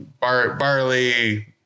barley